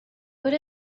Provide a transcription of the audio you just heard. would